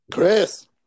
Chris